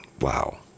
wow